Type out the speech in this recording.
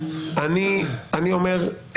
אני אומר: